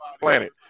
planet